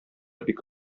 бик